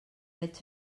veig